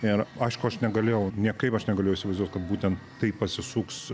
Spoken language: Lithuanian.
ir aišku aš negalėjau niekaip aš negalėjau įsivaizduot kad būtent taip pasisuks